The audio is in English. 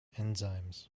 enzymes